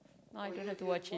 no I don't like to watch it